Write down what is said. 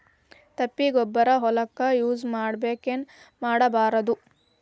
ತಿಪ್ಪಿಗೊಬ್ಬರ ಹೊಲಕ ಯೂಸ್ ಮಾಡಬೇಕೆನ್ ಮಾಡಬಾರದು?